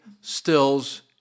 stills